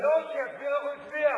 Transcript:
לא, שיסביר איך הוא הצביע.